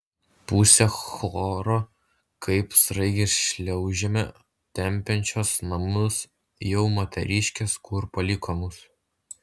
pusė choro kaip sraigės šliaužiame tempiančios namus jau moteriškės kur paliko mus